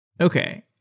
Okay